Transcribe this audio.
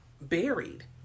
buried